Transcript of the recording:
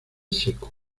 seco